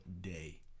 day